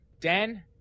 Dan